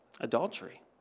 adultery